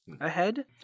ahead